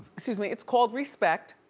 excuse me, it's called respect.